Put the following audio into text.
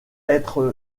être